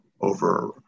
over